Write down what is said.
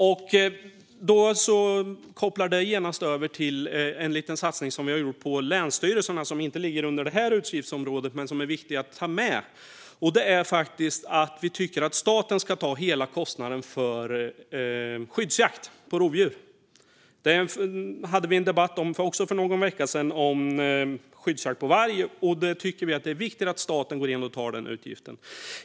Det har koppling till en liten satsning vi gör på länsstyrelserna som inte ligger under det här utgiftsgiftsområdet men som är viktig att ta med. Vi tycker att staten ska ta hela kostnaden för skyddsjakt på rovdjur. Vi hade en debatt för någon vecka sedan om skyddsjakt på varg. Vi tycker att det är viktigt att staten går in och tar den utgiften.